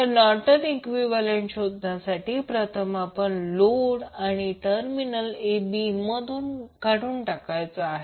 तर Norton equivalent शोधण्यासाठी प्रथम आपल्याला लोड हा टर्मिनल a b मधून काढून टाकायचा आहे